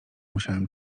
musiałem